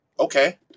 okay